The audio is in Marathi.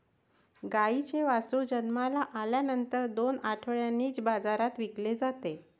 गाईचे वासरू जन्माला आल्यानंतर दोन आठवड्यांनीच बाजारात विकले जाते